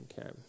Okay